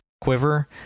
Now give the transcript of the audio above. quiver